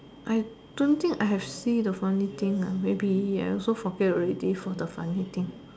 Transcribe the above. I don't think I have seen a funny thing ah maybe I also forget already for the funny thing